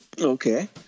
Okay